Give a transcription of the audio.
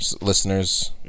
Listeners